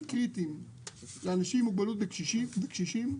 קריטיים לאנשים עם מוגבלות ולקשישים,